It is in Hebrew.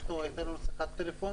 הייתה לנו שיחת טלפון